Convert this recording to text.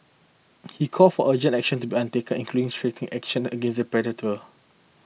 he called for urgent action to be undertaken including stricter action against the perpetrator